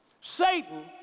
Satan